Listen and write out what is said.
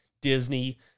Disney